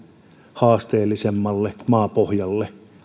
haasteellisemmalle maapohjalle